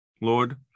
Lord